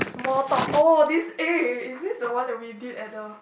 small talk orh this eh is it the one that we did at a